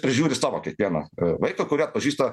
prižiūri savo kiekvieną vaiką kurį atpažįsta